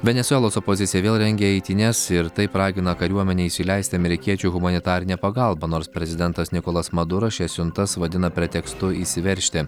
venesuelos opozicija vėl rengia eitynes ir taip ragina kariuomenę įsileisti amerikiečių humanitarinę pagalbą nors prezidentas nikolas maduras šias siuntas vadina pretekstu įsiveržti